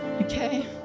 okay